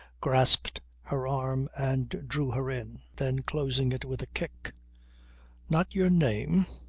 grasped her arm and drew her in. then closing it with a kick not your name?